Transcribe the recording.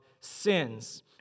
sins